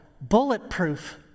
bulletproof